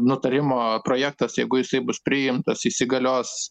nutarimo projektas jeigu jisai bus priimtas įsigalios